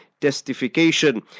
Testification